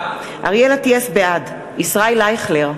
בעד ישראל אייכלר,